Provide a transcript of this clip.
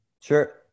Sure